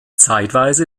zeitweise